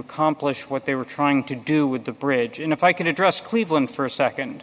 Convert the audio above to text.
accomplish what they were trying to do with the bridge and if i can address cleveland for a nd